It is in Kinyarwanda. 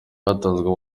hatanzwe